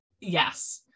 yes